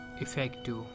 effective